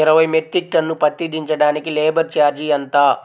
ఇరవై metric tonne పత్తి దించటానికి లేబర్ ఛార్జీ ఎంత?